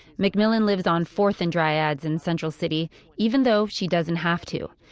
mcmillian lives on fourth and dryades in central city even though she doesn't have to.